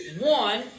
One